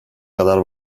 kadar